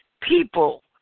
people